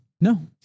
No